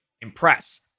impress